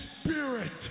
spirit